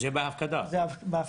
זה בהפקדה.